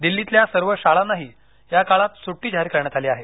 दिल्लीतल्या सर्व शाळांनाही या काळात सुट्टी जाहीर करण्यात ली हे